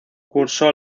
cursó